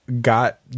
got